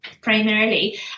primarily